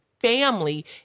family